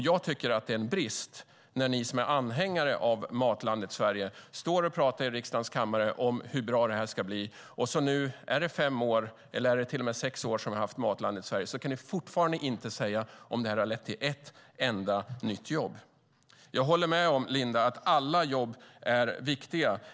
Jag tycker att det är en brist när ni som är anhängare av Matlandet Sverige står och pratar i riksdagens kammare om hur bra det här ska bli, och nu när vi har haft Matlandet Sverige i fem år - eller är det till och med sex år? - kan ni fortfarande inte säga om det har lett till ett enda nytt jobb. Jag håller med, Linda, om att alla jobb är viktiga.